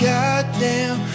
Goddamn